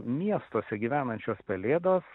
miestuose gyvenančios pelėdos